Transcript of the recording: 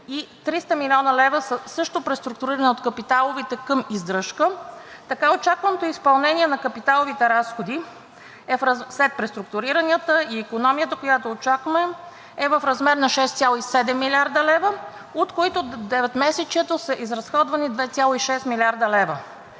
и 300 млн. лв. са също преструктурирани от капиталовите към издръжка. Така очакваното изпълнение на капиталовите разходи след преструктуриранията и икономията, която очакваме, е в размер на 6,7 млрд. лв., от които за деветмесечието са изразходвани 2,6 млрд. лв.